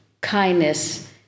kindness